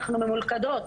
אנחנו ממולכדות.